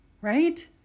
Right